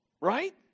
Right